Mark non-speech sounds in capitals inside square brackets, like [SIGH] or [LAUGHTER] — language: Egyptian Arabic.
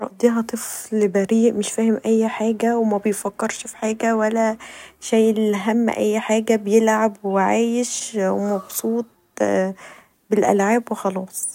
اقضيها طفل برئ مش فاهم اي حاجه و مبيفكرش في حاجه ولا شايل هم اي حاجه بيلعب [NOISE] ومبسوط بالالعاب و خلاص.